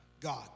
God